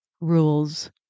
Rules